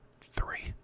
three